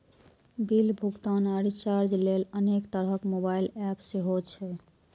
bill भुगतान आ recharge लेल अनेक तरहक मोबाइल एप सेहो छै